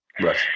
Right